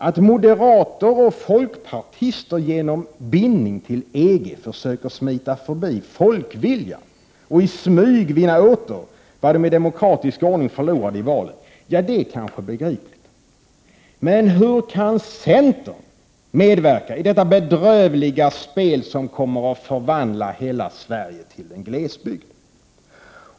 Att moderater och folkpartister genom bindning till EG försöker smita förbi folkviljan och i smyg vinna åter vad de i demokratisk ordning förlorade i valet, är kanske begripligt. Men hur kan centern medverka i detta bedrövliga spel, som kommer att förvandla hela Sverige till en glesbygd?